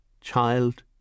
child